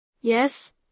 Yes